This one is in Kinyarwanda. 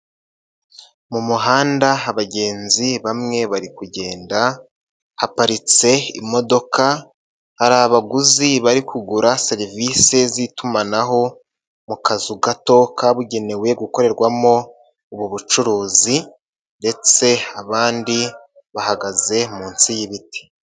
Mu muhanda abagenzi bamwe bari kugenda, haparitse imodoka, hari abaguzi bari kugura serivisi zitumanaho mu kazu gato kabugenewe gukorerwamo ubu bucuruzi ndetse abandi bahagaze munsi y'ibiti.